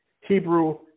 Hebrew